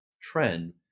trend